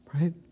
right